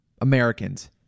Americans